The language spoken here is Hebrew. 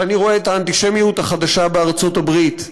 כשאני רואה את האנטישמיות החדשה בארצות-הברית,